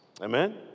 Amen